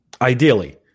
Ideally